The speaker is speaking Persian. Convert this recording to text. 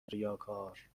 ریاکار